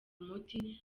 umuti